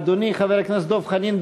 אדוני חבר הכנסת דב חנין,